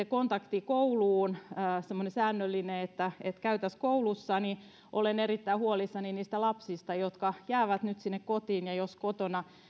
kontakti kouluun että käytäisiin koulussa ja olen erittäin huolissani niistä lapsista jotka jäävät nyt sinne kotiin jos kotona